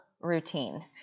routine